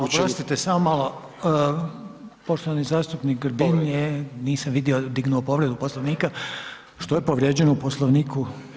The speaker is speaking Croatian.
A oprostite, samo malo, poštovani zastupnik Grbin je, nisam vidio, dignu povredu Poslovnika, što je povrijeđeno u Poslovniku?